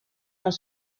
dans